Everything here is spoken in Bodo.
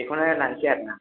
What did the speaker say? बेखौनो लानोसै आरो ना